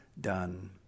done